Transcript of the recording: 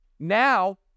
Now